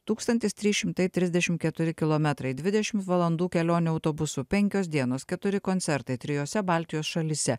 tūkstantis trys šimtai trisdešim keturi kilometrai dvidešim valandų kelionė autobusu penkios dienos keturi koncertai trijose baltijos šalyse